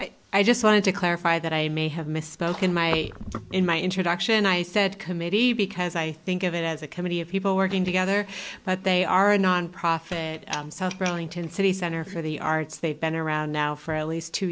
wanted to clarify that i may have misspoken my in my introduction i said committee because i think of it as a committee of people working together but they are a nonprofit and south burlington city center for the arts they've been around now for at least two